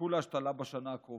יזכו להשתלה בשנה הקרובה.